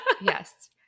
Yes